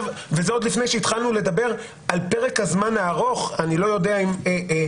וזה עוד לפני שהתחלנו לדבר על פרק הזמן הארוך בעבר